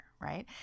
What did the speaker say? right